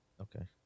Okay